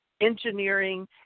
engineering